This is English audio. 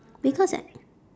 because I